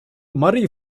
marry